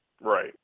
Right